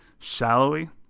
Shallowy